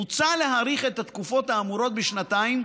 מוצע להאריך את התקופות האמורות בשנתיים,